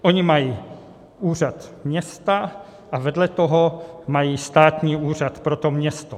Oni mají úřad města a vedle toho mají státní úřad pro to město.